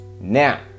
Now